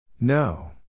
No